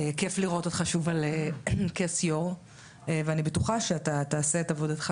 כייף לראות אותך שוב על כס היו"ר ואני בטוחה שאתה תעשה את עבודתך